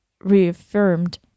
reaffirmed